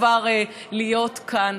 כבר להיות כאן.